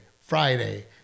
Friday